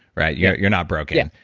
right? yeah you're not broken.